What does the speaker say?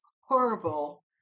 horrible